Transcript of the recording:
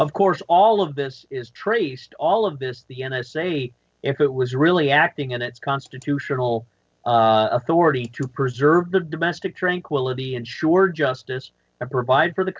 of course all of this is traced all of this the n s a it was really acting in its constitutional authority to preserve the domestic tranquility ensure justice and provide for the